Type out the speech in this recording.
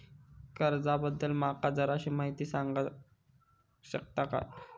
कर्जा बद्दल माका जराशी माहिती सांगा शकता काय?